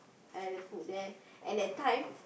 I like the food there and that time